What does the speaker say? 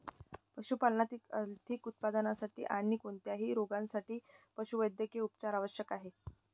पशुपालनातील अधिक उत्पादनासाठी आणी कोणत्याही रोगांसाठी पशुवैद्यकीय उपचार आवश्यक आहेत